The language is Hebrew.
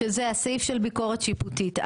שזה הסעיף של ביקורת שיפוטית,